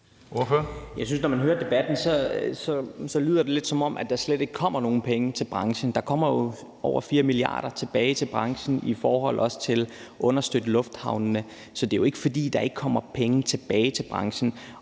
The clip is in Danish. når man hører debatten, lyder det lidt, som om der slet ikke kommer nogen penge til branchen. Der kommer over 4 mia. kr. tilbage til branchen, også til at understøtte lufthavnene, så det er jo ikke, fordi der ikke kommer penge tilbage til branchen.